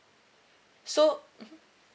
so